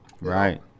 Right